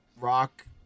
rock